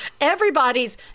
everybody's